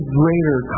greater